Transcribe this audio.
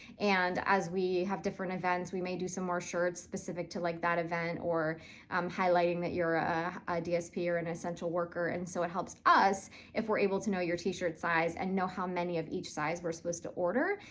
and as we have different events, we may do some more shirts specific to, like, that event, or highlighting that you're a dsp or an and essential worker, and so it helps us if we're able to know your t-shirt size and know how many of each size we're supposed to order,